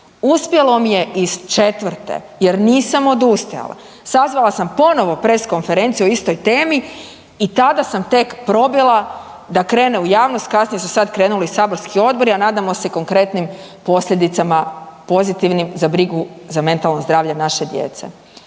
Uspjelo mi je iz četvrte jer nisam odustajala. Sazvala sam ponovo Press konferenciju o istoj temi i tada sam tek probila da krene u javnost. Kasnije su sad krenuli i saborski odbori, a nadamo se i konkretnim posljedicama pozitivnim za brigu za mentalno zdravlje naše djece.